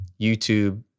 YouTube